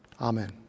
Amen